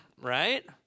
right